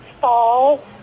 fall